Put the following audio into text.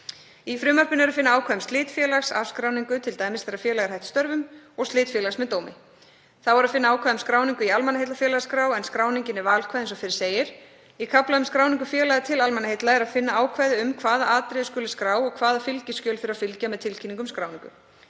Í frumvarpinu er að finna ákvæði um slit félags, afskráningu, t.d. þegar félag er hætt störfum, og slit félags með dómi. Þá er að finna ákvæði um skráningu í almannaheillafélagaskrá en skráningin er valkvæð eins og fyrr segir. Í kafla um skráningu félaga til almannaheilla er að finna ákvæði um hvaða atriði skuli skrá og hvaða skjöl þurfi að fylgja með tilkynningu um skráningu.